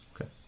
Okay